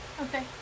Okay